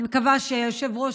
אני מקווה שהיושב-ראש,